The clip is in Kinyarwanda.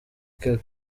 kevin